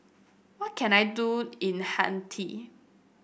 what can I do in Haiti